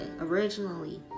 originally